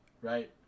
right